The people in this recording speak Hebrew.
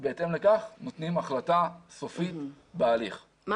ובהתאם לכך נותנים החלטה סופית בהליך.\ מה